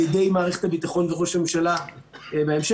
ידי מערכת הביטחון וראש הממשלה בהמשך.